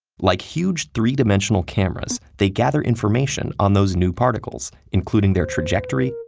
like huge three-dimensional cameras, they gather information on those new particles, including their trajectory,